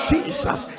Jesus